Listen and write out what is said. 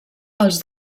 els